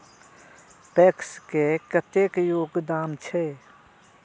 PACS के कतेक योगदान छै?